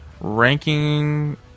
Ranking